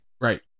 Right